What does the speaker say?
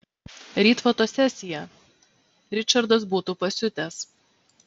ryt fotosesija ričardas būtų pasiutęs